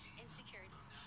insecurities